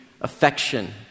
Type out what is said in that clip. affection